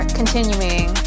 continuing